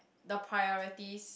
the priorities